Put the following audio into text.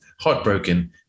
heartbroken